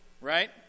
right